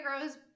grows